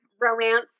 romance